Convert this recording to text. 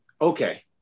Okay